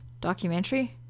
documentary